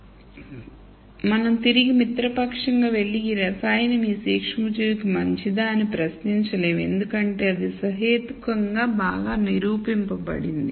కాబట్టి మనం తిరిగి మిత్రపక్షంగా వెళ్లి ఈ రసాయనం ఈ సూక్ష్మజీవికి మంచిదా అని ప్రశ్నించలేము ఎందుకంటే అది సహేతుకంగా బాగా నిరూపించబడింది